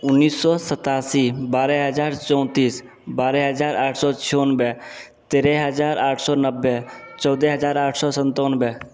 उन्नीस सौ सत्तासी बारह हज़ार चौंतीस बारह हज़ार आठ सौ छोंबे तेरह हज़ार आठ सौ नब्बे चौदह हज़ार आठ सौ सत्तानवे